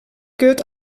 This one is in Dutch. keurt